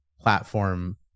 platform